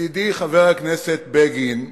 ידידי חבר הכנסת בגין,